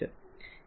ચાંદી પણ 1